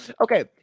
Okay